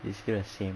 it's still the same